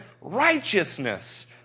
righteousness